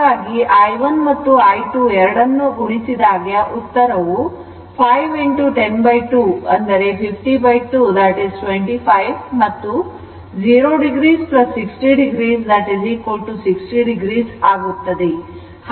ಹಾಗಾಗಿ i1 ಮತ್ತು i2 ಎರಡನ್ನು ಗುಣಿಸಿದಾಗ ಉತ್ತರವು 5 10250225 ಮತ್ತು0o 60 o 60 o ಆಗುತ್ತದೆ